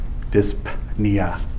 Dyspnea